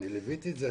אני ליוויתי את זה,